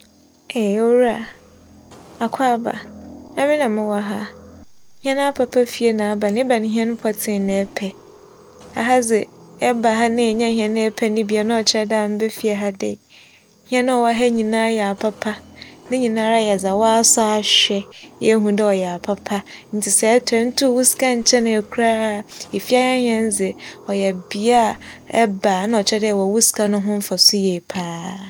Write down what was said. Eeeiii Owura, akͻaba. Emi na mowͻ ha. Hɛn apapa fie na aba no. Ebɛn hɛn na pͻtsee na epɛ. Aha dze eba ha na ennya hɛn a epɛ no bi a, nna ͻkyerɛ dɛ ammba fie ha. Hɛn a ͻwͻ ha nyinara yɛ apapa. Ne nyinara yɛ dza w'asͻ ahwɛ, yehu dɛ ͻyɛ apapa ntsi sɛ etͻ a nntow wo sika nnkyenee koraa. Efie ha hɛn dze, ͻyɛ bea a eba a eba a nna ͻkyerɛ dɛ ewͻ wo sika no ho mfaso yie paa.